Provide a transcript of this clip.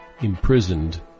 imprisoned